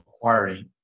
acquiring